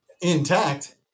intact